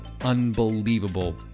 Unbelievable